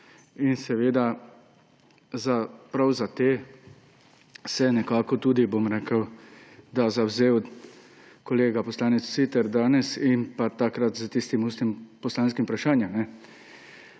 In seveda, prav za te se nekako tudi zavzel kolega poslanec Siter danes in takrat s tistim ustnim poslanskim vprašanjem.